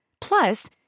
Plus